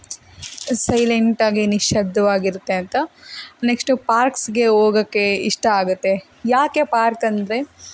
silent ಆಗಿ ನಿಶ್ಶಬ್ದವಾಗಿರುತ್ತೆ ಅಂತ ನೆಕ್ಸ್ಟು ಪಾರ್ಕ್ಸಿಗೆ ಹೋಗೋಕ್ಕೆ ಇಷ್ಟ ಆಗುತ್ತೆ ಯಾಕೆ ಪಾರ್ಕ್ ಅಂದರೆ